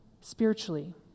spiritually